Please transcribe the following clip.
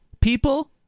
people